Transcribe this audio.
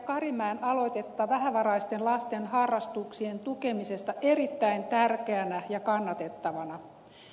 karimäen aloitetta vähävaraisten lasten harrastusten tukemisesta erittäin tärkeänä ja kannatettavana